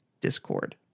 discord